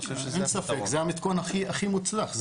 אין ספק, זה המתכון הכי מוצלח.